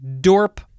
DORP